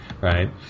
right